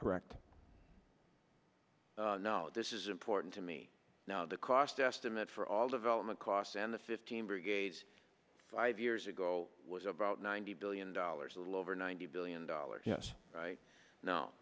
correct no this is important to me now the cost estimate for all development costs and the fifteen brigades five years ago was about ninety billion dollars a little over ninety billion dollars yes right now